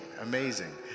amazing